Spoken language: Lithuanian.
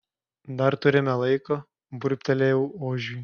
dar turime laiko burbtelėjau ožiui